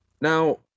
now